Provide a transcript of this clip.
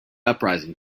uprising